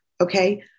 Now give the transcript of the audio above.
okay